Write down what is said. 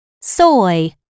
Soy